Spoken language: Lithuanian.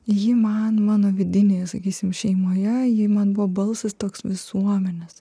ji man mano vidinėje sakysim šeimoje ji man buvo balsas toks visuomenės